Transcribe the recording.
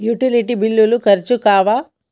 Utility బిల్లులు ఖర్చు కావా?